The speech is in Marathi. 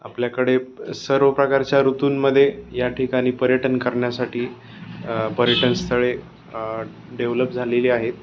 आपल्याकडे सर्व प्रकारच्या ऋतूंमध्ये या ठिकाणी पर्यटन करण्या्साठी आ पर्यटन स्थळे आ डेव्हलप झालेली आहेत